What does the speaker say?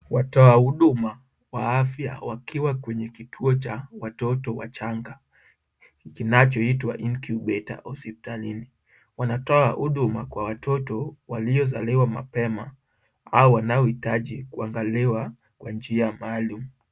Watoa huduma wa afya wakiwa kwenye kituo cha watoto wachanga kinachoitwa incubator hospitalini. Wanatoa huduma kwa watoto waliozaliwa mapema au wanaohitaji kuangaliwa kwa njia maalum.